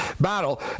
battle